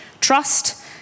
trust